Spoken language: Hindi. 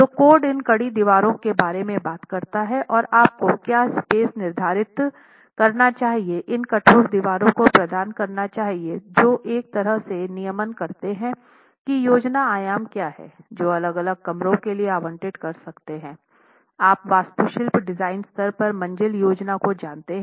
तो कोड इन कड़ी दीवारों के बारे में बात करता है और आपको क्या स्पेस निर्धारित करना चाहिए इन कठोर दीवारों को प्रदान करना चाहिए जो एक तरह से नियमन करते हैं कि योजना आयाम क्या है जो अलग अलग कमरों के लिए आवंटित कर सकते हैं आप वास्तुशिल्प डिजाइन स्तर पर मंजिल योजना को जानते हैं